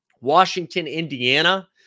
Washington-Indiana